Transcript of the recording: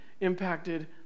impacted